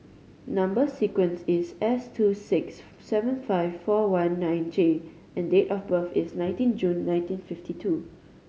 number sequence is S two six seven five four one nine J and date of birth is nineteen June nineteen fifty two